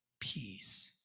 peace